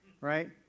Right